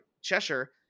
Cheshire